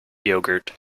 yogurt